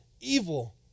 evil